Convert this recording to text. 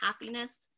happiness